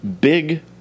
Big